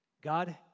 God